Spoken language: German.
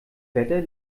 wetter